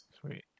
Sweet